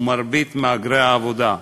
ומרבית מהגרי העבודה,